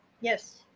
yes